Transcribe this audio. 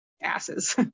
asses